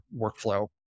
workflow